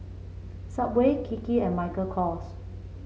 Subway Kiki and Michael Kors